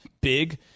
big